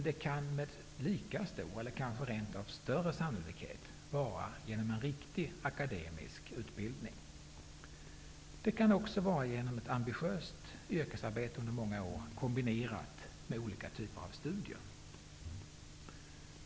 Det kan med lika stor, kanske rent av större, sannolikhet vara genom en riktig akademisk utbildning. Det kan också vara genom ett ambitiöst yrkesarbete under många år kombinerat med olika typer av studier.